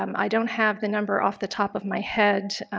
um i don't have the number off the top of my head,